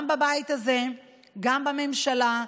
גם בבית הזה וגם בממשלה,